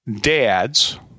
dads